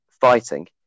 fighting